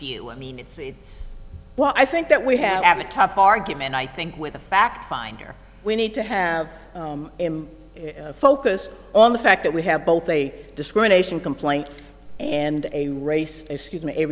view i mean it's what i think that we have a tough argument i think with the fact finder we need to have him focus on the fact that we have both a discrimination complaint and a race excuse me